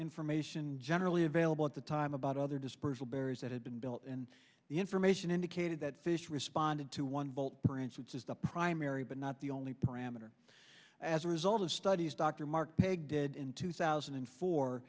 information generally available at the time about other dispersal barriers that had been built and the information indicated that fish responded to one bolt branch which is the primary but not the only parameter as a result of studies dr mark pig did in two thousand and four